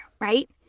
right